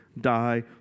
die